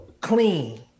clean